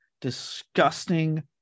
disgusting